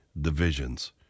divisions